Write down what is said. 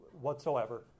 whatsoever